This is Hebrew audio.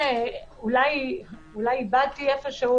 עוד אפשרות של הוועדה היא לעשות הבחנה בין סוגי